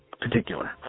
particular